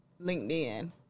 LinkedIn